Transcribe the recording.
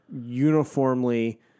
uniformly